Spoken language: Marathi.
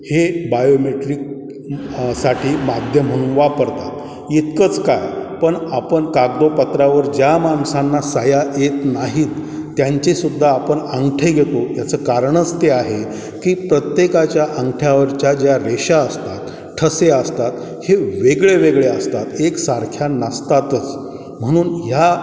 हे बायोमेट्रिक साठी माध्यम म्हणून वापरतात इतकंच काय पण आपण कागदपत्रावर ज्या माणसांना सह्या येत नाहीत त्यांचेसुद्धा आपण अंगठे घेतो ह्याचं कारणच ते आहे की प्रत्येकाच्या अंगठ्यावरच्या ज्या रेषा असतात ठसे असतात हे वेगळे वेगळे असतात एकसारख्या नसतातच म्हणून ह्या